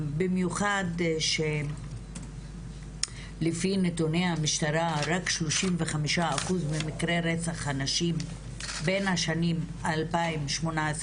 במיוחד שלפי נתוני המשטרה רק 35% ממקרי רצח הנשים בין השנים 2018-2020,